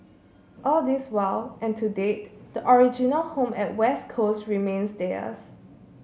all this while and to date the original home at West Coast remains theirs